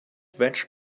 wedge